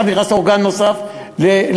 ועכשיו נכנס אורגן נוסף לכפר-קאסם,